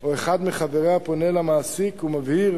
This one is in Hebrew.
או אחד מחבריה פונה אל המעסיק ומבהיר